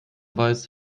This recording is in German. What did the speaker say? weiß